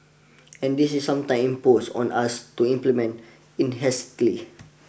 and this is some time imposed on us to implement in hastily